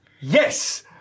Yes